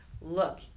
look